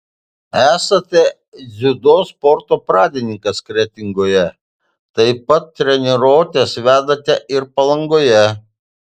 esate dziudo sporto pradininkas kretingoje taip pat treniruotes vedate ir palangoje